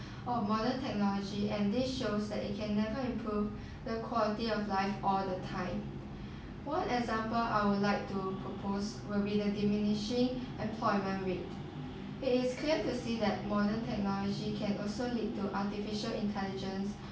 of modern technology and this shows that you can never improve the quality of life all the time one example I would like to propose will be the diminishing employment rate it is clear to see that modern technology can also lead to artificial intelligence